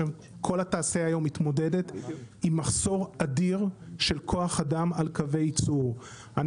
כל התעשייה היום מתמודדת עם מחסור אדיר של כוח אדם על קווי יצור.